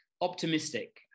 optimistic